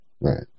Right